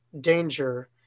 danger